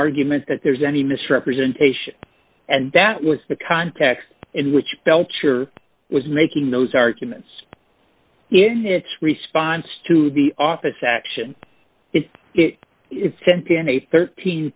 argument that there's any misrepresentation and that was the context in which belcher was making those arguments in its response to the office action in its t